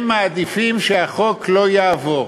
הם מעדיפים שהחוק לא יעבור.